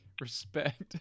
Respect